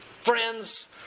friends